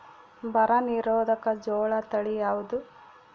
ಬರ ನಿರೋಧಕ ಜೋಳ ತಳಿ ಯಾವುದು?